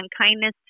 kindness